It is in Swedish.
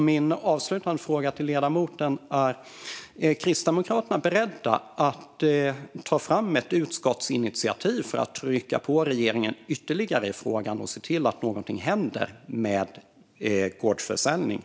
Min avslutande fråga till ledamoten är: Är Kristdemokraterna beredda att ta fram ett utskottsinitiativ för att trycka på regeringen ytterligare i frågan och se till att någonting händer med gårdsförsäljningen?